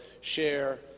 share